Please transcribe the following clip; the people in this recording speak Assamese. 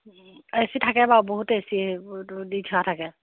এ চি থাকে বাৰু বহুত এ চি দি থোৱা থাকে